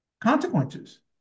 consequences